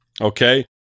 Okay